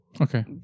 Okay